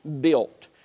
built